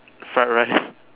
fried rice